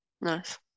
Nice